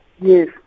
Yes